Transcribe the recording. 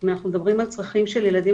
אם אנחנו מדברים על צרכים של ילדים,